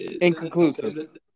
Inconclusive